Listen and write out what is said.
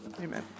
Amen